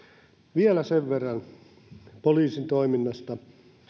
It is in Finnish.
vielä sen verran poliisin toiminnasta